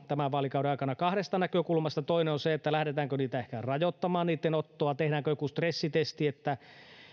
tämän vaalikauden aikana kahdesta näkökulmasta toinen on se lähdetäänkö niitten ottoa ehkä rajoittamaan tehdäänkö joku stressitesti että